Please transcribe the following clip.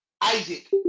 Isaac